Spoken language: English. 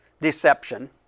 deception